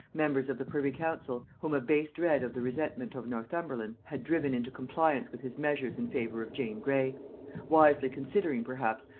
members of the privy-council, whom a base dread of the resentment of northumberland had driven into compliance with his measures in favor of jane grey wisely considering, perhaps,